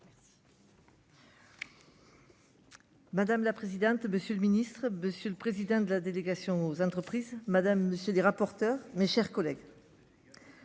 Madame la présidente, monsieur le ministre, monsieur le président de la délégation aux entreprises. Madame, monsieur les rapporteurs, mes chers collègues.